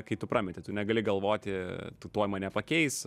kai tu pametei tu negali galvoti tuoj mane pakeis